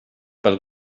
pel